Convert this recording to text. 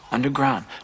Underground